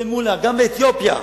גם באתיופיה,